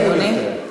אין אי-אמון יותר.